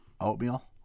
oatmeal